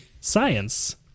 Science